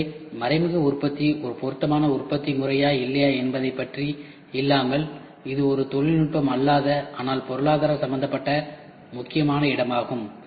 எனவே மறைமுகமான உற்பத்தி ஒரு பொருத்தமான உற்பத்தி முறையா இல்லையா என்பதைப் பற்றி இல்லாமல் இது ஒரு தொழில்நுட்பம் அல்லாதஆனால் பொருளாதார சம்பந்தப்பட்ட முக்கியமான இடமாகும்